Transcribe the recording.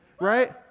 right